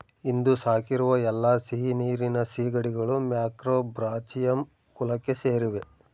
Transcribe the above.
ಇಂದು ಸಾಕಿರುವ ಎಲ್ಲಾ ಸಿಹಿನೀರಿನ ಸೀಗಡಿಗಳು ಮ್ಯಾಕ್ರೋಬ್ರಾಚಿಯಂ ಕುಲಕ್ಕೆ ಸೇರಿವೆ